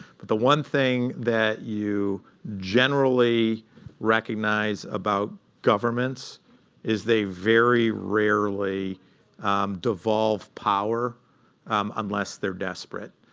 but the one thing that you generally recognize about governments is they very rarely devolve power unless they're desperate.